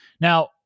Now